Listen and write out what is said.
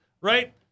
right